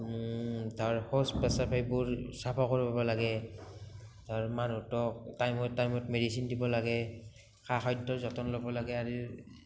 তাৰ শৌচ পেচাব এইবোৰ চাফা কৰিব লাগে তাৰ মানুহটোক টাইমত টাইমত মেডিচিন দিব লাগে খা খাদ্য যতন ল'ব লাগে আৰু